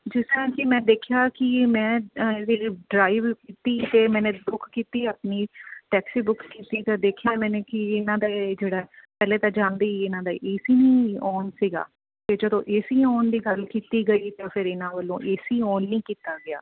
ਜਿਸ ਤਰ੍ਹਾਂ ਕਿ ਮੈਂ ਦੇਖਿਆ ਕਿ ਮੈਂ ਜਿਹੜੀ ਡਰਾਈਵ ਕੀਤੀ ਅਤੇ ਮੈਨੇ ਬੁੱਕ ਕੀਤੀ ਆਪਣੀ ਟੈਕਸੀ ਬੁੱਕ ਕੀਤੀ ਤਾਂ ਦੇਖਿਆ ਮੈਨੇ ਕਿ ਇਹਨਾਂ ਦੇ ਇਹ ਜਿਹੜਾ ਪਹਿਲੇ ਤਾਂ ਜਾਂਦੇ ਹੀ ਇਹਨਾਂ ਦਾ ਏਸੀ ਹੀ ਨਹੀਂ ਔਨ ਸੀ ਅਤੇ ਜਦੋਂ ਏਸੀ ਔਨ ਦੀ ਗੱਲ ਕੀਤੀ ਗਈ ਤਾਂ ਫਿਰ ਇਹਨਾਂ ਵੱਲੋਂ ਏਸੀ ਔਨ ਨਹੀਂ ਕੀਤਾ ਗਿਆ